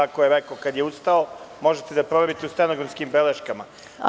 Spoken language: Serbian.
Tako je rekao kada je ustao, možete da proverite u stenografskim beleškama.